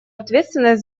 ответственность